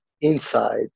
inside